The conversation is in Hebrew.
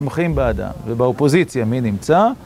מוחים באדם ובאופוזיציה, מי נמצא?